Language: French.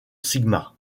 sigma